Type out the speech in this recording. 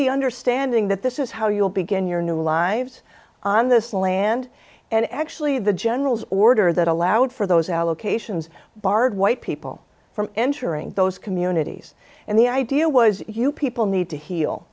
the understanding that this is how you'll begin your new lives on this land and actually the general's order that allowed for those allocations barred white people from entering those communities and the idea was you people need to heal